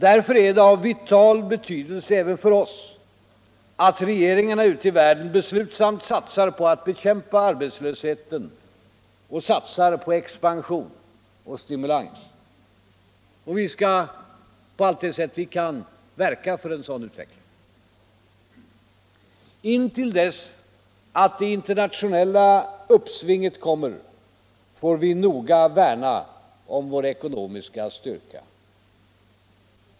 Därför är det av vital betydelse även för oss att regeringarna ute i världen beslutsamt satsar på att bekämpa arbetslösheten och satsar på expansion och stimulans. Vi skall på allt det sätt vi kan verka för en sådan utveckling. Intill dess att det internationella uppsvinget kommer får vi nog värna om vår ekonomiska styrka.